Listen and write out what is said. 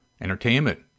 entertainment